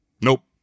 nope